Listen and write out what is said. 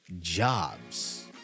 jobs